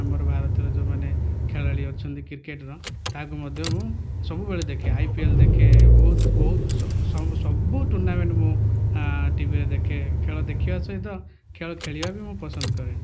ଆମର ଭାରତର ଯେଉଁମାନେ ଖେଳାଳି ଅଛନ୍ତି କ୍ରିକେଟର ତାହାକୁ ମଧ୍ୟ ମୁଁ ସବୁବେଳେ ଦେଖେ ଆଇପିଏଲ୍ ଦେଖେ ବହୁତ ବହୁତ ସବୁ ଟୁର୍ଣ୍ଣାମେଣ୍ଟ ମୁଁ ଟିଭିରେ ଦେଖେ ଖେଳ ଦେଖିବା ସହିତ ଖେଳ ଖେଳିବା ବି ମୁଁ ପସନ୍ଦ କରେ